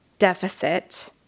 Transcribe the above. deficit